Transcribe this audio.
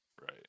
Right